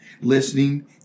listening